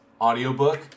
audiobook